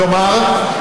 כלומר,